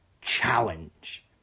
challenge